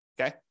okay